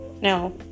no